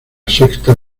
sexta